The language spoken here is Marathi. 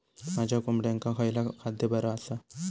माझ्या कोंबड्यांका खयला खाद्य बरा आसा?